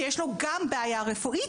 שיש לו גם בעיה רפואית,